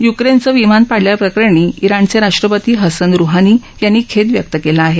युक्रेनचं विमान पाडल्याप्रकरणी इराणचे राष्ट्रपती हसन रुहानी यांनी खेद व्यक्त केला आहे